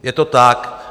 Je to tak.